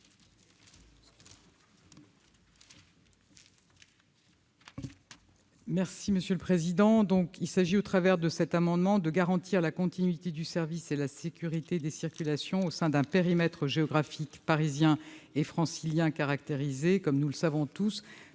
est à Mme la ministre. Au travers de cet amendement, il s'agit de garantir la continuité du service et la sécurité des circulations au sein d'un périmètre géographique parisien et francilien caractérisé, comme nous le savons tous,